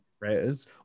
creators